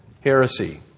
heresy